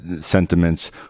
sentiments